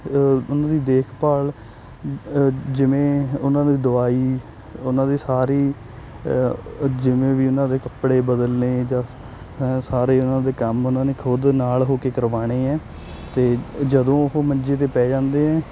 ਉਹਨਾਂ ਦੀ ਦੇਖਭਾਲ ਜਿਵੇਂ ਉਹਨਾਂ ਦੀ ਦਵਾਈ ਉਹਨਾਂ ਦੇ ਸਾਰੀ ਜਿਵੇਂ ਵੀ ਉਹਨਾਂ ਦੇ ਕੱਪੜੇ ਬਦਲਣੇ ਜਾਂ ਹ ਸਾਰੇ ਉਹਨਾਂ ਦੇ ਕੰਮ ਉਹਨਾਂ ਨੇ ਖੁਦ ਨਾਲ ਹੋ ਕੇ ਕਰਵਾਉਣੇ ਹੈ ਤਾਂ ਜਦੋਂ ਉਹ ਮੰਜੇ 'ਤੇ ਪੈ ਜਾਂਦੇ ਹੈ